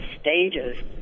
stages